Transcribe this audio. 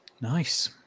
Nice